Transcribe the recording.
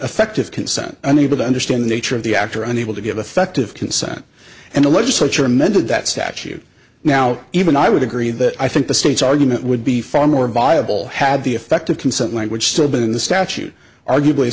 effective consent unable to understand the nature of the actor unable to give affective consent and the legislature amended that statute now even i would agree that i think the states argument would be far more viable had the effect of consent language still been in the statute arguably